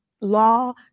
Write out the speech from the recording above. law